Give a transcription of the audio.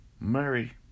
Mary